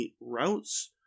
routes